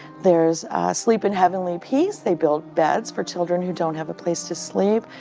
there's sleep in heavenly peace. they build beds for children who don't have a place to sleep.